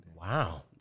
wow